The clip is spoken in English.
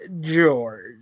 George